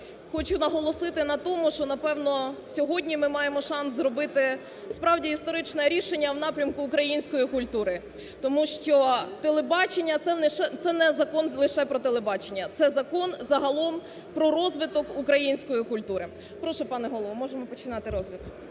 хочу наголосити на тому, що, напевно, сьогодні ми маємо шанс зробити справді історичне рішення в напрямку української культури. Тому що телебачення – це не лише Закон про телебачення, це закон загалом про розвиток української культури. Прошу, пане Голово, можемо починати розгляд.